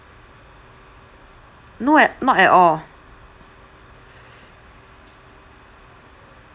no at not at all